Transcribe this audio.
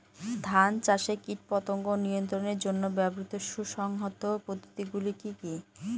ধান চাষে কীটপতঙ্গ নিয়ন্ত্রণের জন্য ব্যবহৃত সুসংহত পদ্ধতিগুলি কি কি?